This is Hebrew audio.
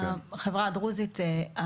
הנתונים על החברה הדרוזית הם,